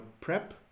prep